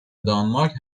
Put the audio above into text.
دانمارک